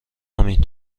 همین